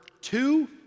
two